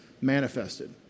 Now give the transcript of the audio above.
manifested